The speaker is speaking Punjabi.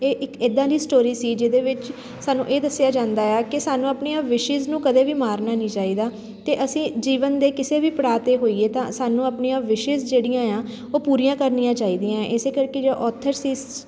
ਇਹ ਇੱਕ ਇੱਦਾਂ ਦੀ ਸਟੋਰੀ ਸੀ ਜਿਹਦੇ ਵਿੱਚ ਸਾਨੂੰ ਇਹ ਦੱਸਿਆ ਜਾਂਦਾ ਆ ਕਿ ਸਾਨੂੰ ਆਪਣੀਆਂ ਵਿਸ਼ਿਜ਼ ਨੂੰ ਕਦੇ ਵੀ ਮਾਰਨਾ ਨਹੀਂ ਚਾਹੀਦਾ ਅਤੇ ਅਸੀਂ ਜੀਵਨ ਦੇ ਕਿਸੇ ਵੀ ਪੜਾਅ 'ਤੇ ਹੋਈਏ ਤਾਂ ਸਾਨੂੰ ਆਪਣੀਆਂ ਵਿਸ਼ਿਜ਼ ਜਿਹੜੀਆਂ ਆ ਉਹ ਪੂਰੀਆਂ ਕਰਨੀਆਂ ਚਾਹੀਦੀਆਂ ਇਸ ਕਰਕੇ ਜੋ ਔਥਰ ਸੀ ਇਸ